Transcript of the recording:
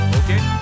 okay